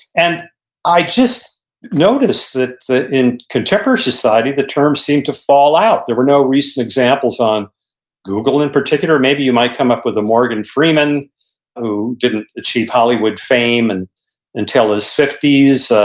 and i just noticed that in contemporary society, the term seemed to fall out. there were no recent examples on google in particular. maybe you might come up with a morgan freeman who didn't achieve hollywood fame and until his fifties.